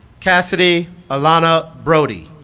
cassidy allana brody